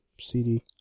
CD